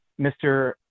Mr